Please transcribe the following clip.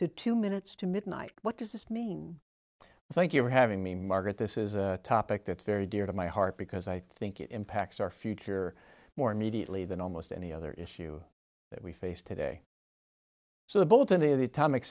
to two minutes to midnight what does this mean thank you for having me margaret this is a topic that's very dear to my heart because i think it impacts our future more immediately than almost any other issue that we face today so the bolton of the atomic